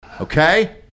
okay